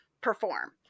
perform